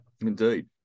indeed